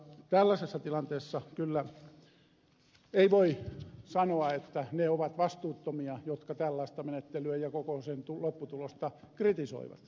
tällaisessa tilanteessa kyllä ei voi sanoa että ne ovat vastuuttomia jotka tällaista menettelyä ja koko sen lopputulosta kritisoivat